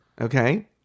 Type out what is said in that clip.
okay